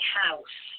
house